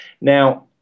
Now